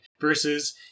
Versus